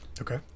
Okay